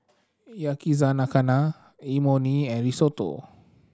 Yakizakana Imoni and Risotto